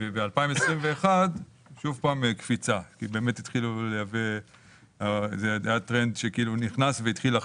בשנת 2021 שוב קפיצה כי היה טרנד שנכנס והתחיל לחדור.